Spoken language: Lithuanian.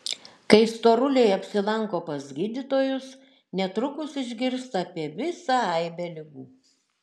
kai storuliai apsilanko pas gydytojus netrukus išgirsta apie visą aibę ligų